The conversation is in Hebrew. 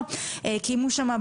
לכל כיתה,